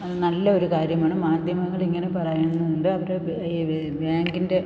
അത് നല്ല ഒരു കാര്യമാണ് മാധ്യമങ്ങൾ ഇങ്ങനെ പറയന്നുണ്ട് അവർ ഈ ബാങ്കിൻ്റെ